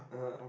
(uh huh)